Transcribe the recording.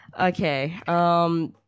Okay